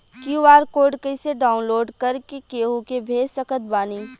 QR code कइसे download कर के केहु के भेज सकत बानी?